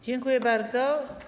Dziękuję bardzo.